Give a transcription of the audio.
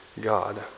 God